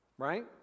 right